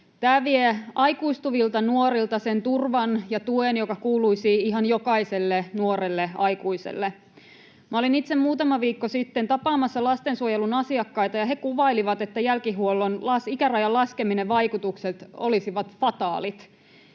Tämä vie aikuistuvilta nuorilta sen turvan ja tuen, joka kuuluisi ihan jokaiselle nuorelle aikuiselle. Minä olin itse muutama viikko sitten tapaamassa lastensuojelun asiakkaita, ja he kuvailivat, että jälkihuollon ikärajan laskemisen vaikutukset olisivat fataalit.